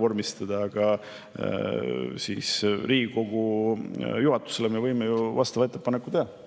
vormistada, aga Riigikogu juhatusele me võime ju vastava ettepaneku teha.